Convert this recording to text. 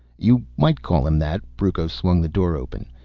you might call him that. brucco swung the door open.